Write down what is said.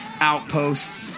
Outpost